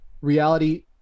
reality